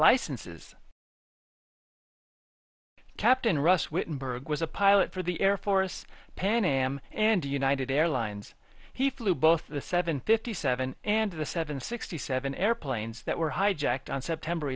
licenses captain russ wittenberg was a pilot for the air force pan am and united airlines he flew both the seven fifty seven and the seven sixty seven airplanes that were hijacked on september